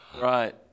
Right